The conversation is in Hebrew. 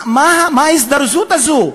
מה ההזדרזות הזו?